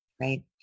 right